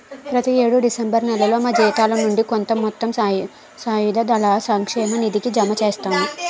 ప్రతి యేడు డిసెంబర్ నేలలో మా జీతాల నుండి కొంత మొత్తం సాయుధ దళాల సంక్షేమ నిధికి జమ చేస్తాము